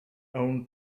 own